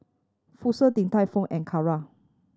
Fossil Din Tai Fung and Kara